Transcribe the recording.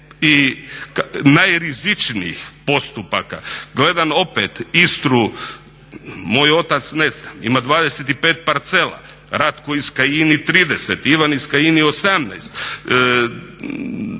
i najrizičnijih postupaka. Gledam opet Istru, moj otac ima 25 parcela, Ratko iz Kajini 30, Ivan iz Kajini 18.